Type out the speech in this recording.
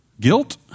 guilt